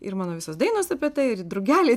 ir mano visos dainos apie tai ir drugeliai